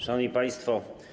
Szanowni Państwo!